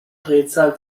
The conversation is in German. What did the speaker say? drehzahl